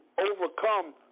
overcome